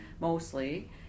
mostly